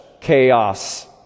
chaos